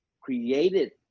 created